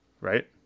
right